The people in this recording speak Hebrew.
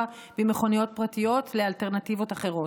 במכוניות פרטיות לאלטרנטיבות אחרות.